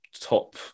top